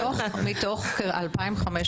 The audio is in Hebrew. מתוך 2,500